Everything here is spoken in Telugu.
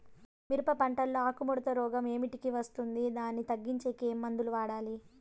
మిరప పంట లో ఆకు ముడత రోగం ఏమిటికి వస్తుంది, దీన్ని తగ్గించేకి ఏమి మందులు వాడాలి?